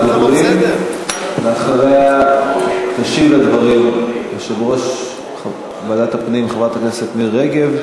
אחריה תשיב על הדברים יושבת-ראש ועדת הפנים מירי רגב,